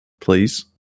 Please